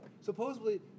Supposedly